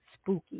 spooky